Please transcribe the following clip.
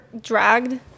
dragged